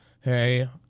Hey